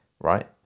right